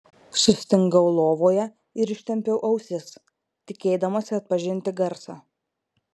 sustingau lovoje ir ištempiau ausis tikėdamasi atpažinti garsą